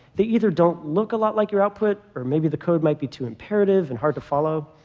they either don't look a lot like your output, or maybe the code might be too imperative and hard to follow.